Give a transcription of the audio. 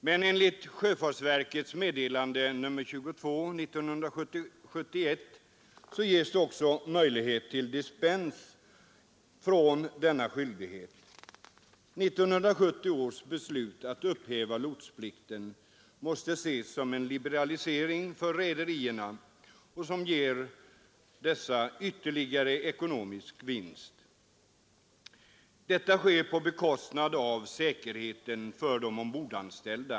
Men enligt sjöfartsverkets meddelande nr 22 år 1971 ges det också möjligheter till dispens från denna skyldighet. 1970 års beslut att upphäva lotsplikten måste ses som en liberalisering för rederierna som ger dessa ytterligare ekonomisk vinst. Detta sker på bekostnad av säkerheten för de ombordanställda.